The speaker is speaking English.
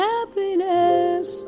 Happiness